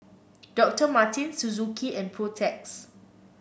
Doctor Martens Suzuki and Protex